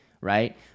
right